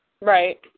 Right